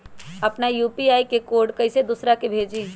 अपना यू.पी.आई के कोड कईसे दूसरा के भेजी?